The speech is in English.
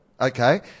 Okay